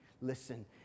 listen